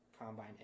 combine